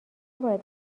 باید